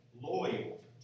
loyal